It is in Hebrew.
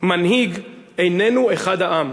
מנהיג איננו אחד העם,